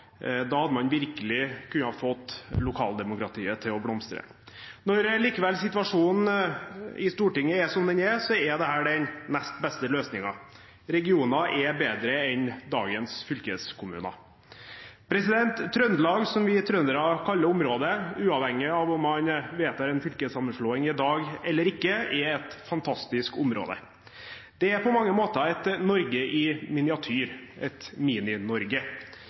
da hadde man virkelig kunne fått lokaldemokratiet til å blomstre. Når likevel situasjonen i Stortinget er som den er, er dette den nest beste løsningen. Regioner er bedre enn dagens fylkeskommuner. Trøndelag, som vi trøndere kaller området, uavhengig av om man vedtar en fylkessammenslåing i dag eller ikke, er et fantastisk område. Det er på mange måter et Norge i miniatyr, et